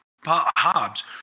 Hobbs